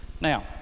Now